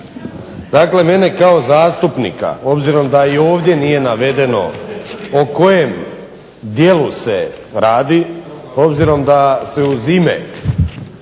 Dakle, mene kao zastupnika obzirom da i ovdje nije navedeno o kojem djelu se radi, obzirom da se uz ime